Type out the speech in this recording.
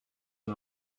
and